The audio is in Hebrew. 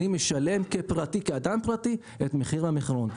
אני משלם כאדם פרטי את מחיר המחירון.